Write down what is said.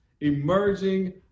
emerging